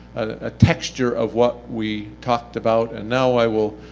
a texture of what we talked about. and now i will